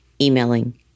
emailing